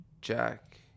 Jack